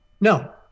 no